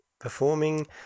performing